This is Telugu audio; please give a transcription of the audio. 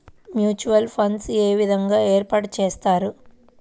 మ్యూచువల్ ఫండ్స్ ఏ విధంగా ఏర్పాటు చేస్తారు?